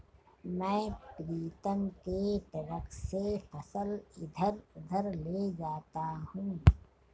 मैं प्रीतम के ट्रक से फसल इधर उधर ले जाता हूं